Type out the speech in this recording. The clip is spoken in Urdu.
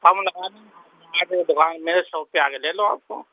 کم لگا دیں گے آپ یہاں پہ دکان میرے شاپ پہ آ کے لے لو آپ کو